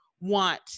want